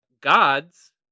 gods